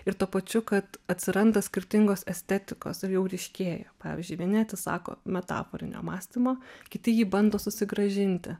ir tuo pačiu kad atsiranda skirtingos estetikos ir jau ryškėja pavyzdžiui vieni atsisako metaforinio mąstymo kiti jį bando susigrąžinti